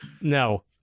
No